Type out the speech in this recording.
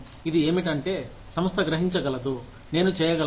ఇది ఏమిటంటే సంస్థ గ్రహించగలదు నేను చేయగలను